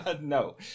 No